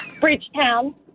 Bridgetown